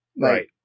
Right